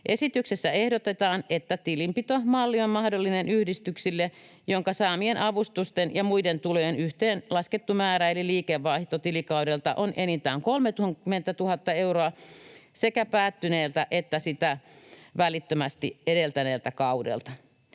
Esityksessä ehdotetaan, että tilinpitomalli on mahdollinen yhdistyksille, jonka saamien avustusten ja muiden tulojen yhteenlaskettu määrä eli liikevaihto tilikaudelta on enintään 30 000 euroa sekä päättyneeltä että sitä välittömästi edeltäneeltä kaudelta.